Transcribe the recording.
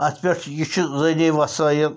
اَتھ پٮ۪ٹھ چھِ یہِ چھُ ذریعہ وسٲیِل